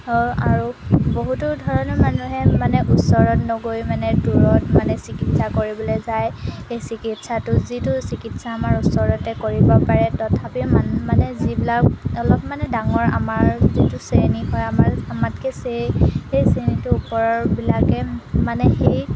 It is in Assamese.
আৰু বহুতো ধৰণৰ মানুহে মানে ওচৰত নগৈ মানে দূৰত মানে চিকিৎসা কৰিবলৈ যায় সেই চিকিৎসাটো যিটো চিকিৎসা আমাৰ ওচৰতে কৰিব পাৰে তথাপিও মানে যিবিলাক অলপ মানে ডাঙৰ আমাৰ যিটো শ্ৰেণী হয় আমাৰ আমাতকৈ সেই শ্ৰেণীটোৰ ওপৰৰবিলাকে মানে সেই